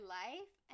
life